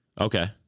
Okay